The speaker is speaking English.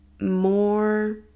more